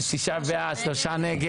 שישה בעד, שלושה נגד.